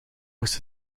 moest